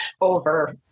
over